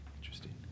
Interesting